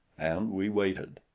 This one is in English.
and we waited.